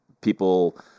people